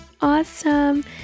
Awesome